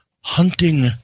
hunting